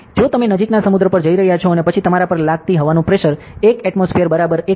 જો તમે નજીકના સમુદ્ર પર જઇ રહ્યા છો અને પછી તમારા પર લગતી હવાનું પ્રેશર 1 એટમોસ્ફિઅર 101